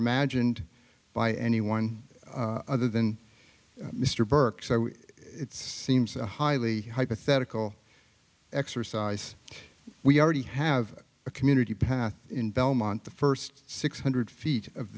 imagined by anyone other than mr burke so it's seems a highly hypothetical exercise we already have a community in belmont the first six hundred feet of